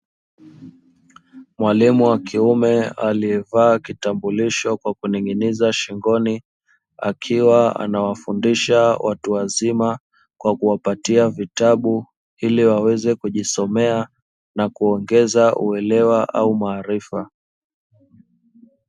Mwalimu wa kiume aliyevaa kitambulisho kwa kuning'iniza shingoni akiwa anawafundisha watu wazima, kwa kuwapatia vitabu ili waweze kujisomea na kuongeza uelewa au maarifa.